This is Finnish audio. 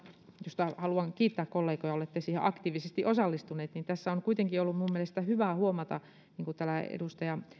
josta haluan kiittää kollegoja olette siihen aktiivisesti osallistuneet on kuitenkin ollut minun mielestäni hyvä huomata niin kuin täällä edustaja